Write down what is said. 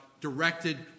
directed